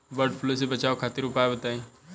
वड फ्लू से बचाव खातिर उपाय बताई?